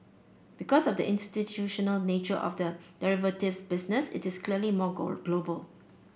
because of the institutional nature of the derivatives business it is clearly more goal global